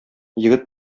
егет